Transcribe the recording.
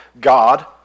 God